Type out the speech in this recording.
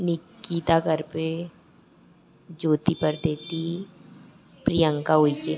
Nikita Karpe Jyoti Pardeti Priyanka Ulche